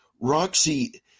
Roxy